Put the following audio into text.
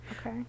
okay